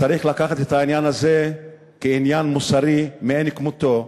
שצריך לקחת את העניין הזה כעניין מוסרי מאין כמותו.